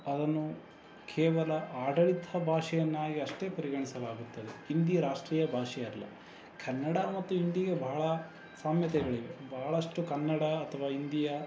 ಅದನ್ನು ಕೇವಲ ಆಡಳಿತ ಭಾಷೆಯನ್ನಾಗಿ ಅಷ್ಟೇ ಪರಿಗಣಿಸಲಾಗುತ್ತದೆ ಹಿಂದಿ ರಾಷ್ಟ್ರೀಯ ಭಾಷೆ ಅಲ್ಲ ಕನ್ನಡ ಮತ್ತು ಹಿಂದಿಗೆ ಬಹಳ ಸಾಮ್ಯತೆಗಳಿವೆ ಬಹಳಷ್ಟು ಕನ್ನಡ ಅಥವಾ ಹಿಂದಿಯ